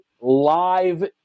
live